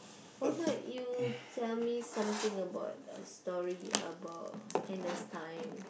why not you tell me something about the story about N_S time